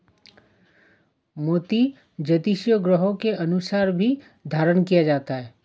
मोती ज्योतिषीय ग्रहों के अनुसार भी धारण किया जाता है